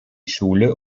schule